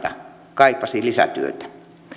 kaipasi lisätyötä